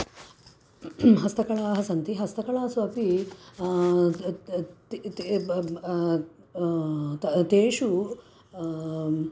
हस्तकलाः सन्ति हस्तकलासु अपि अत् अत् ति ति अब् अब् त तेषु